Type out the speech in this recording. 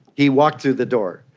he walked through the door.